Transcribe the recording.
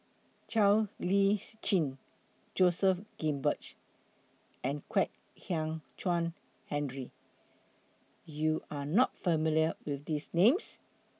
Siow Lees Chin Joseph Grimberg and Kwek Hian Chuan Henry YOU Are not familiar with These Names